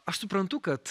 aš suprantu kad